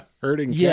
hurting